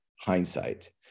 hindsight